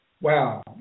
Wow